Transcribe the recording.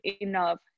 enough